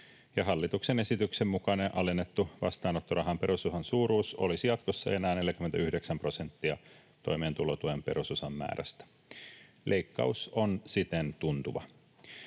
hallituksen esityksen mukainen alennettu vastaanottorahan perusosan suuruus olisi jatkossa enää 49 prosenttia toimeentulotuen perusosan määrästä. Leikkaus on siten tuntuva.